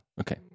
Okay